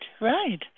right